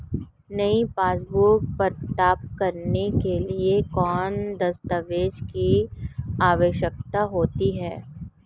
नई पासबुक प्राप्त करने के लिए किन दस्तावेज़ों की आवश्यकता होती है?